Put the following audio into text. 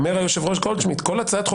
אומר היושב-ראש גולדשמידט: כל הצעת חוק